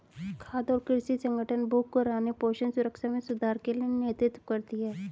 खाद्य और कृषि संगठन भूख को हराने पोषण सुरक्षा में सुधार के लिए नेतृत्व करती है